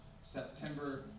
September